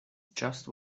just